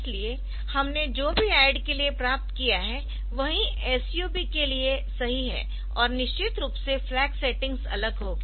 इसलिए हमने जो भी ADD के लिए प्राप्त किया है वही SUB के लिए सही है और निश्चित रूप से फ्लैग सेटिंग्स अलग होगी